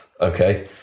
okay